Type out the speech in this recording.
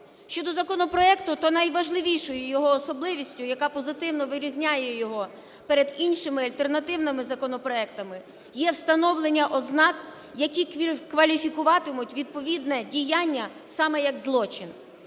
Щодо законопроекту, то найважливішою його особливістю, яка позитивно вирізняє його перед іншими альтернативними законопроектами, є встановлення ознак, які кваліфікуватимуть відповідне діяння саме як злочин.